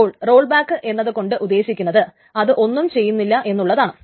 അപ്പോൾ roll back എന്നത്കൊണ്ട് ഉദ്ദേശിക്കുന്നത് അത് ഒന്നും ചെയ്യുന്നില്ല എന്നുള്ളതാണ്